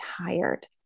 tired